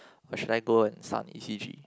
or should I go and start on E_C_G